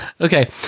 Okay